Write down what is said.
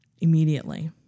immediately